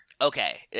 Okay